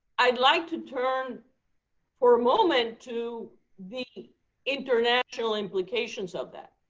i'd like to turn for a moment to the international implications of that.